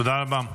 תודה רבה.